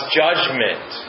judgment